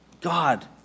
God